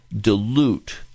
dilute